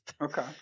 Okay